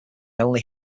only